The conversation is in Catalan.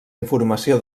informació